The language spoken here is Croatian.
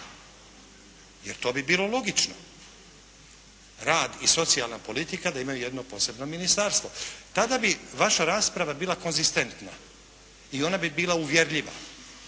jer to bi bilo logično. Rad i socijalna politika da imaju posebno ministarstvo. Tada bi vaša rasprava bila konzistentna i ona bi bila uvjerljiva,